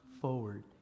Forward